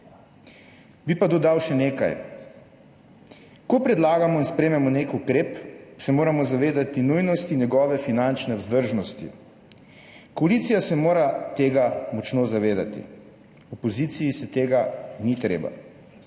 Bi pa dodal še nekaj. Ko predlagamo in sprejmemo nek ukrep, se moramo zavedati nujnosti njegove finančne vzdržnosti. Koalicija se mora tega močno zavedati. Opoziciji se tega ni treba.